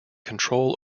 control